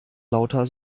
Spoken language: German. lauter